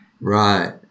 Right